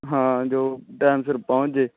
ਹਾਂ ਜੋ ਟਾਈਮ ਸਿਰ ਪਹੁੰਚ ਜੇ